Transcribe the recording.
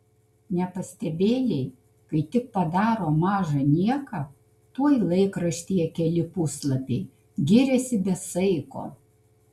nepastebėjai kai tik padaro mažą nieką tuoj laikraštyje keli puslapiai giriasi be saiko